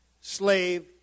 slave